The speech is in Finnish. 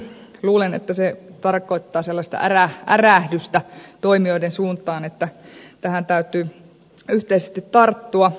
luulen että se tarkoittaa sellaista ärähdystä toimijoiden suuntaan että tähän täytyy yhteisesti tarttua